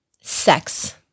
sex